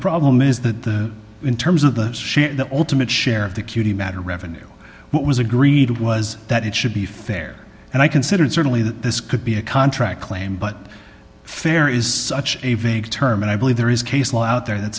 problem is that the in terms of the ultimate share of the cutey matter revenue what was agreed was that it should be fair and i considered certainly that this could be a contract claim but fair is such a vague term and i believe there is case law out there that